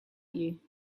you